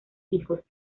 hijos